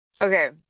okay